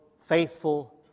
faithful